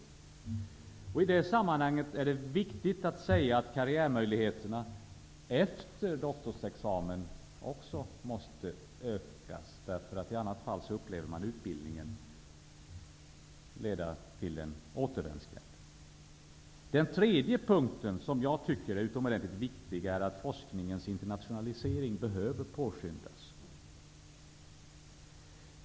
I det sammanhanget är det viktigt att säga att karriärmöjligheterna efter doktorsexamen måste ökas. I annat fall kommer man att uppleva att utbildningen leder in i en återvändsgränd. Den tredje punkt som jag tycker är utomordentligt viktig är att forskningens internationalisering behöver påskyndas.